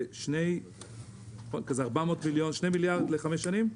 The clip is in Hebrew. זה שני מיליארד לחמש שנים.